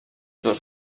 dos